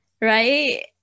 right